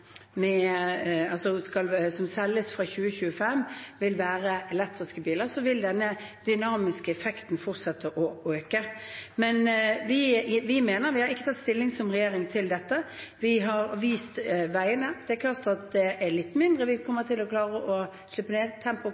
som selges fra 2025, vil være elektriske biler, så vil denne dynamiske effekten fortsette å øke. Men vi har ikke som regjering tatt stilling til dette. Vi har vist veien, det er klart det er litt mindre vi kommer til å klare å